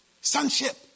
Sonship